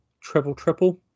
triple-triple